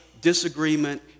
disagreement